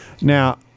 Now